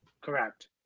Correct